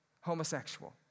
homosexual